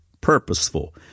purposeful